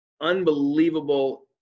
unbelievable